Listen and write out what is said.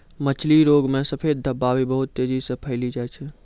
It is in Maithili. मछली रोग मे सफेद धब्बा भी बहुत तेजी से फैली जाय छै